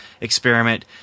experiment